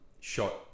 shot